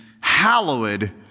Hallowed